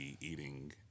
eating